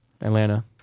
Atlanta